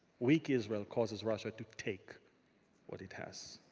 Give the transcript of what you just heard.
weak israel causes russia to take what it has.